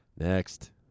Next